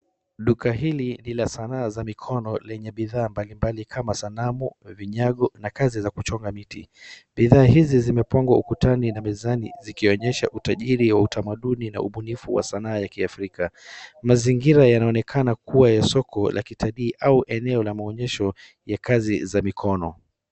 Duka hili ni la sana za mikono lenye bidhaa mbalimbali kama sanamu, vinyago na kazi za kuchonga miti. Bidhaa hizi zimepangwa ukutani na mezani zikionyesha utajiri wa utamaduni na ubunifu wa sana la kiafrika. Mazingira yanaonekana kuwa ya soko la kitalii au eneo la maonyesho ya kazi za mikono.